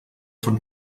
von